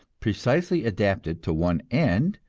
precisely adapted to one end,